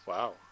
Wow